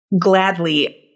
Gladly